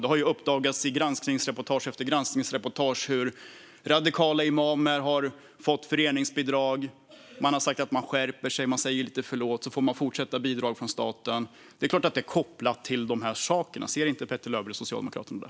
Det har uppdagats i granskningsreportage efter granskningsreportage hur radikala imamer har fått föreningsbidrag. Man säger att man skärper sig. Man säger förlåt och så får man fortsatta bidrag från staten. Det är klart att det är kopplat till de här sakerna. Ser inte Petter Löberg och Socialdemokraterna det?